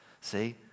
see